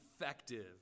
effective